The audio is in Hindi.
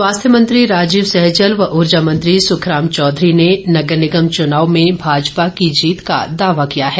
सैजल स्वास्थ्य मंत्री राजीव सैजल व ऊर्जा मंत्री सुखराम चौधरी ने नगर निगम चुनावों में भाजपा की जीत का दावा किया है